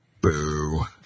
boo